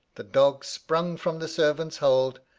the dog sprung from the servant's hold,